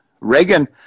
Reagan